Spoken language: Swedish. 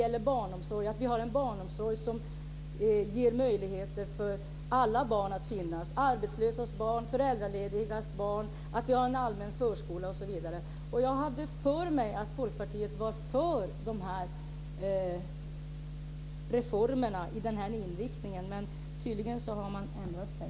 Vi ska ha en barnomsorg som ger möjligheter för alla barn att finnas - arbetslösas barn och föräldraledigas barn - en allmän förskola, osv. Jag hade för mig att Folkpartiet var för de reformerna och den inriktningen. Men tydligen har man ändrat sig.